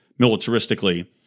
militaristically